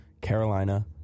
Carolina